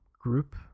group